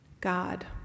God